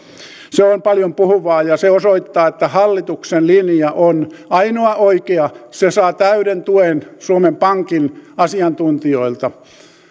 se on paljonpuhuvaa ja se osoittaa että hallituksen linja on ainoa oikea se saa täyden tuen suomen pankin asiantuntijoilta